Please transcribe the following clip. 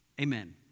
Amen